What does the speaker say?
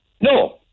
No